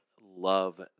love